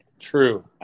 true